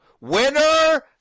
Winner